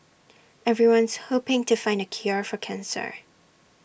everyone's hoping to find the cure for cancer